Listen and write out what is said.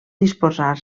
disposar